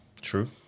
true